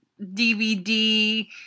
DVD